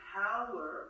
power